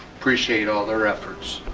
appreciate all their efforts.